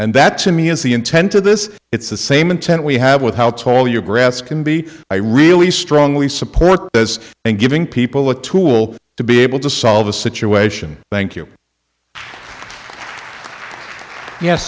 and that to me is the intent of this it's the same intent we have with how tall your grass can be i really strongly support as and giving people a tool to be able to solve a situation thank you yes